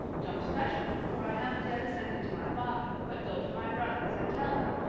don't touch me, for i haven't yet ascended to my father but go to my brothers, and tell them,